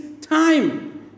time